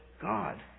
God